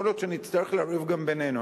יכול להיות שנצטרך לריב גם בינינו.